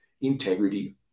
integrity